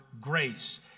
grace